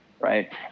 right